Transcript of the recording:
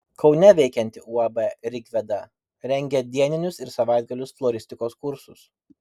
kaune veikianti uab rigveda rengia dieninius ir savaitgalio floristikos kursus